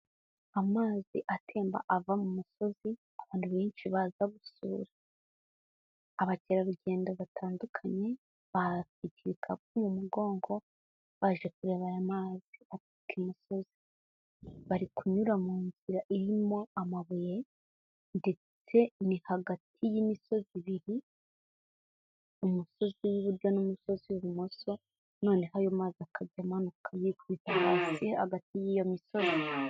Amazi atemba ava mu musozi abantu benshi baza gusura, abakerarugendo batandukanye bafite ibikapu mu mugongo baje kureba aya mazi aturuka imusozi, bari kunyura mu nzira irimo amabuye, ndetse ni hagati y'imisozi ibiri, umusozi w'iburyo n'umusozi w'ibumoso, noneho ayo mazi akajya amanuka yikubita hasi hagati y'iyo misozi.